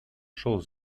шел